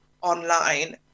online